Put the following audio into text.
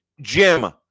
Jim